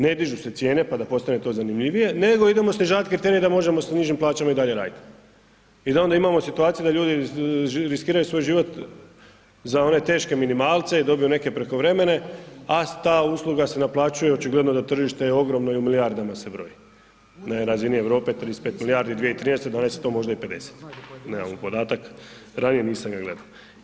Ne dižu se cijene pa da postane to zanimljivije nego idemo snižavat kriterije da možemo s nižim plaćama i dalje radit i da onda imamo situaciju da ljudi riskiraju svoj život za one teške minimalce i dobiju neke prekovremene a ta usluga se naplaćuje, očigledno da tržište je ogromno i u milijardama se broji na razini Europe 35 milijardi 2013., danas je to možda i 50, nemamo podatak, ranije nisam ga gledao.